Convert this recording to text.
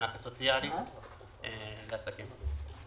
הסוציאלי לעסקים.